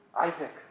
Isaac